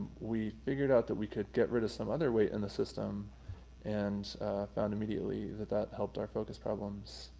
we figured out that we could get rid of some other weight in the system and found immediately that that helped our focus problems.